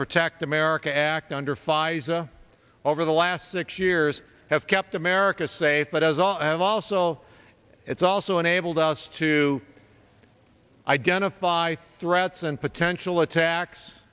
protect america act under pfizer over the last six years have kept america safe but as i have also it's also enabled us to identify threats and potential attacks